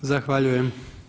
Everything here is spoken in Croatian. Zahvaljujem.